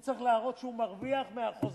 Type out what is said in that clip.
הוא צריך להראות שהוא מרוויח מהחוזה.